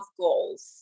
goals